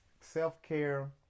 self-care